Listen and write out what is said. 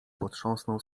potrząsnął